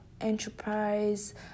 enterprise